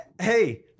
hey